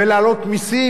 ולהעלות מסים,